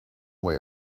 way